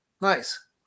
Nice